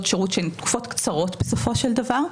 שירות שהן תקופות קצרות בסופו של דבר,